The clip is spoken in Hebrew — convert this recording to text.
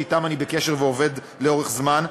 שאתם אני בקשר ועובד לאורך זמן,